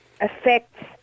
affects